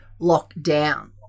lockdown